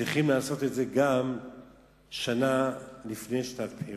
צריכים לעשות את זה גם שנה לפני שנת בחירות.